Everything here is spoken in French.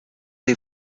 des